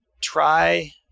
try